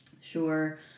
Sure